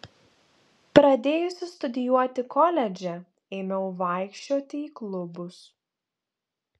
pradėjusi studijuoti koledže ėmiau vaikščioti į klubus